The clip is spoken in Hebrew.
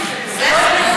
ברקו,